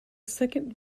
second